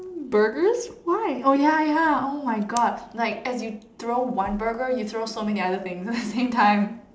burgers why oh ya ya oh my God like as you throw one burger you throw so many other things at the same time